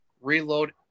reload